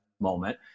moment